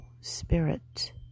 spirit